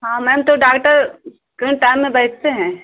हाँ मैम तो डाक्टर कौन टाइम में बैठते हैं